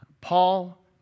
Paul